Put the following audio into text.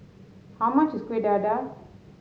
how much is Kueh Dadar